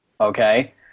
Okay